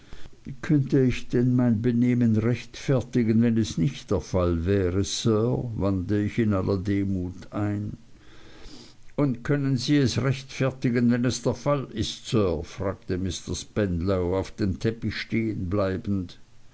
könnte ich denn mein benehmen rechtfertigen wenn es nicht der fall wäre sir wandte ich in aller demut ein und können sie es rechtfertigen wenn es der fall ist sir fragte mr spenlow auf dem teppich